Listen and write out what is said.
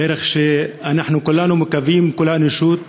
דרך שאנחנו כולנו מקווים, כל האנושות מקווה,